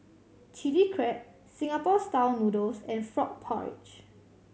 Chilli Crab Singapore Style Noodles and frog porridge